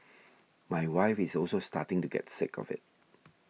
my wife is also starting to get sick of it